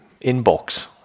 inbox